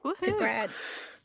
Congrats